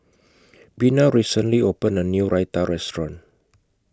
Bena recently opened A New Raita Restaurant